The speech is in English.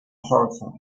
horrified